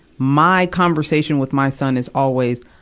my conversation with my son is always,